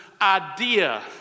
idea